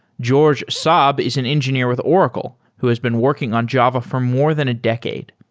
georges saab is an engineer with oracle who has been working on java for more than a decade.